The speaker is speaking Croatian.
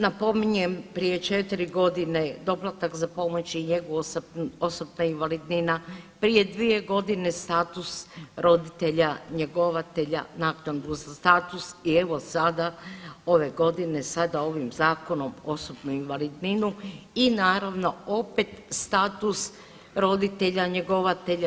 Napominjem prije 4 godine doplatak za pomoć i njegu osobna invalidnina, prije 2 godine status roditelja njegovatelja naknadu za status i evo sada ove godine sada ovim zakonom osobnu invalidninu i naravno opet status roditelja njegovatelja.